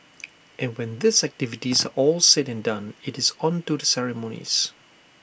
and when these activities all said and done IT is on to the ceremonies